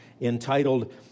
entitled